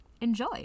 Enjoy